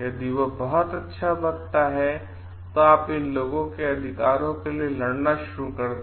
यदि वह बहुत अच्छा वक्ता है आप इन लोगों के अधिकारों के लिए लड़ना शुरू कर देंगे